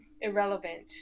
irrelevant